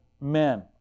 men